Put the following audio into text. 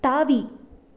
தாவி